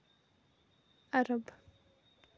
Arab